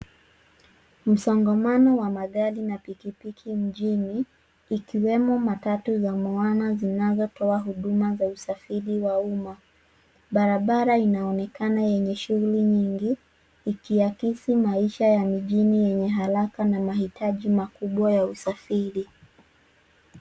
Msongamano wa magari na pikipiki mjini, ikiwemo matatu za Moana zinazotoa huduma za usafiri wa umma. Barabara inaonekana yenye shughuli nyingi, ikiakisi maisha ya mijini yenye haraka na mahitaji makubwa ya usafiri.